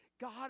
God